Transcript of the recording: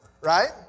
right